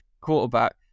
quarterback